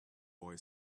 boy